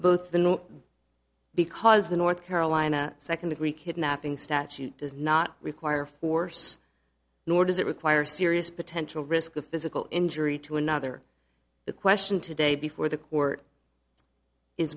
no because the north carolina second degree kidnapping statute does not require force nor does it require serious potential risk of physical injury to another the question today before the court is